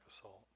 assault